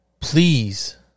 please